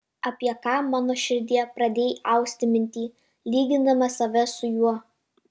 apie ką mano širdie pradėjai austi mintį lygindama save su juo